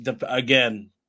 again